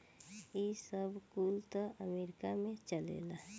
ई सब कुल त अमेरीका में चलेला